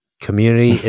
Community